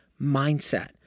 mindset